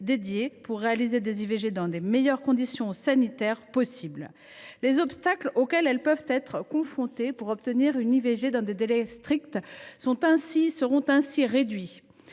dédiés pour réaliser des IVG dans les meilleures conditions sanitaires possible. Les obstacles auxquels ces dernières peuvent être confrontées pour obtenir une IVG dans des délais stricts seront ainsi réduits,